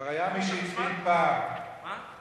כבר היה מי שהתחיל פעם, מה?